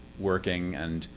working and